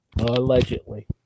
allegedly